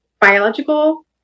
biological